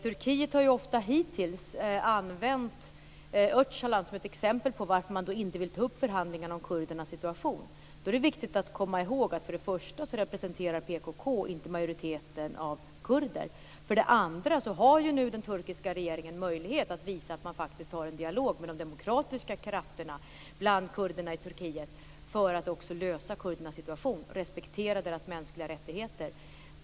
Turkiet har ofta hittills angett Öcalan som en av anledningarna till att man inte vill ta upp förhandlingar om kurdernas situation. Det är då för det första viktigt att komma ihåg att PKK inte representerar en majoritet av kurderna. För det andra har den turkiska regeringen nu möjlighet att visa att den faktiskt har en dialog med de demokratiska krafterna bland kurderna i Turkiet om att komma till rätta med kurdernas situation och respektera deras mänskliga rättigheter.